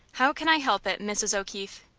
how can i help it, mrs. o'keefe?